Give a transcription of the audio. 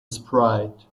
sprite